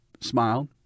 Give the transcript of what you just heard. smiled